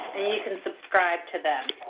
and you can subscribe to them.